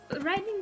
writing